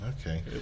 Okay